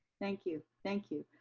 thank you, thank you.